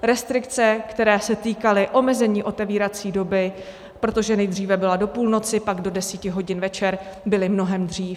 Restrikce, které se týkaly omezení otevírací doby, protože nejdříve byla do půlnoci, pak do deseti hodin večer, byly mnohem dřív.